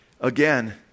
again